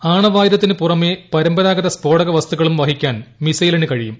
ആണവായുധത്തിന് പുറമേ പരമ്പരാഗത സ്ഫോടക വസ്തുക്കളും വഹിക്കാൻ മിസൈലിന് കഴിയും